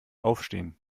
aufstehen